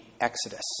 exodus